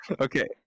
Okay